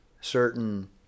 certain